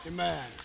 Amen